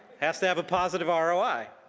has to have a positive ah roi.